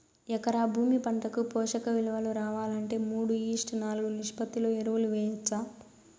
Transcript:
ఎకరా భూమి పంటకు పోషక విలువలు రావాలంటే మూడు ఈష్ట్ నాలుగు నిష్పత్తిలో ఎరువులు వేయచ్చా?